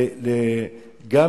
וגם,